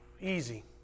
Easy